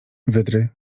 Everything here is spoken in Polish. wydry